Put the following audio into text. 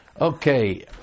Okay